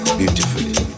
beautifully